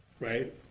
Right